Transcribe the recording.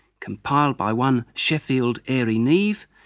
compiled by one sheffield airey neave,